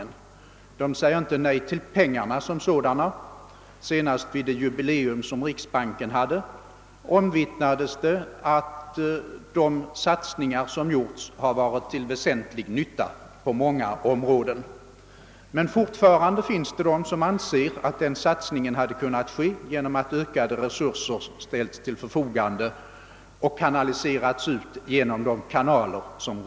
Forskarna säger naturligtvis inte nej till pengarna som sådana — senast då riksbanken firade sitt jubileum omvittnades det att de satsningar som gjorts varit till väsentlig nytta på många områden. Men fortfarande finns det de som anser att denna satsning i de fall där kanaler redan upparbetats hade kunnat ske genom att ökade resurser ställts till förfogande och fördelats via dessa kanaler.